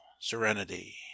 serenity